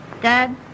Dad